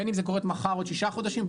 בין אם זה קורית מחר בעוד תשעה חודשים,